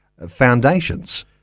foundations